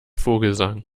vogelsang